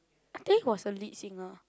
I think he was the lead singer